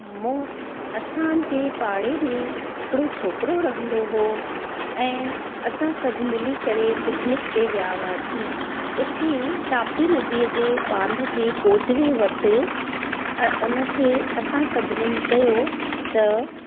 मूं असांजे पाड़े में हिकिड़ो छोकिरो रहंदो हो ऐं असां सभु मिली करे पिकनिक ते विया हुआंसी उते तापती नदीअ जे बांध ते कोजवे वटि अ उन खे असां सभिननि चयो त